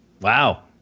Wow